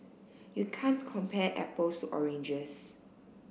you can't compare apples to oranges